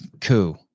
coup